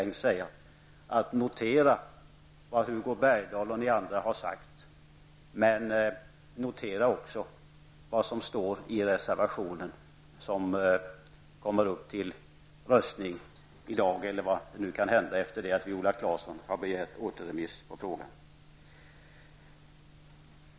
Notera vad Hugo Bergdahl och de andra har sagt, men notera också vad som står i den reservation som kommer upp till röstning efter det att Viola Claesson har begärt återremiss i frågan.